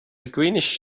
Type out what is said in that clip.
greenish